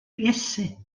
iesu